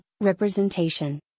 representation